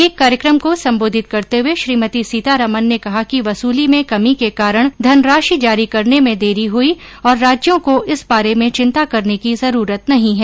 एक कार्यक्रम को संबोधित करते हुए श्रीमती सीतारामन ने कहा कि वसूली में कमी के कारण धनराशि जारी करने में देरी हुई और राज्यों को इसे बारे में चिंता करने की जरूरत नहीं है